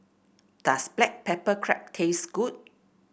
does Black Pepper Crab taste good